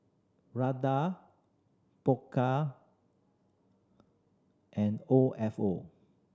Prada Pokka and O F O